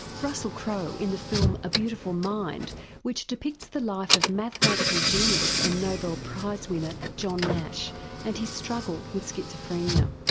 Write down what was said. russell crowe in the film a beautiful mind which depicts the life of mathematical genius and nobel prize winner john nash and his struggle with schizophrenia.